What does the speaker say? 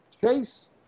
Chase